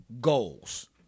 goals